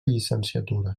llicenciatura